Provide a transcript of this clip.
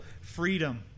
freedom